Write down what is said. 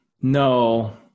No